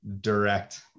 direct